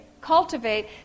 cultivate